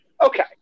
Okay